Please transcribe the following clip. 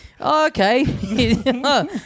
okay